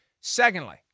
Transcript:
Secondly